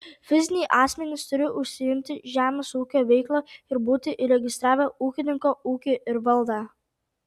fiziniai asmenys turi užsiimti žemės ūkio veikla ir būti įregistravę ūkininko ūkį ir valdą